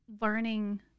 learning